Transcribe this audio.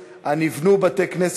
מתי?